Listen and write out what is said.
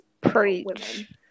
preach